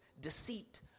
deceit